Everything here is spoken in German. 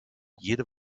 jede